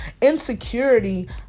Insecurity